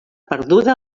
perduda